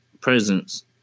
presence